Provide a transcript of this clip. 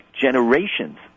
generations